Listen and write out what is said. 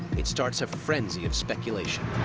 it starts a frenzy of speculation.